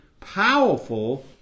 powerful